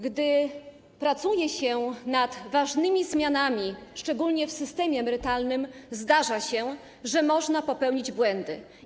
Gdy pracuje się nad ważnymi zmianami, szczególnie w systemie emerytalnym, zdarza się, że można popełnić błędy.